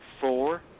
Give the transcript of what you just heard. four